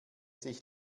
sich